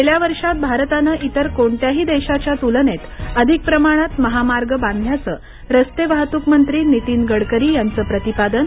गेल्या वर्षात भारतानं इतर कोणत्याही देशाच्या तुलनेत अधिक प्रमाणात महामार्ग बांधल्याचं रस्ते वाहतूकमंत्री नीतीन गडकरी यांचं प्रतिपादन